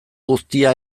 guztia